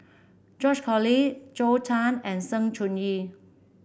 George Collyer Zhou Can and Sng Choon Yee